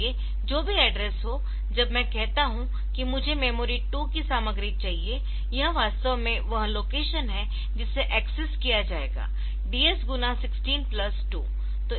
इसलिए जो भी एड्रेस हो जब मैं कहता हूं कि मुझे मेमोरी 2 की सामग्री चाहिए यह वास्तव में वह लोकेशन है जिसे एक्सेस किया जाएगा DS गुणा 16 प्लस 2